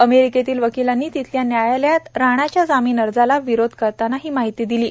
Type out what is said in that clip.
अमेरिकेतील वकिलांनी तिथल्या न्यायालयात राणाच्या जामीन अर्जाला विरोध करताना ही माहिती दिली आहे